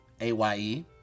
A-Y-E